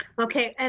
okay. and